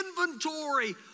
inventory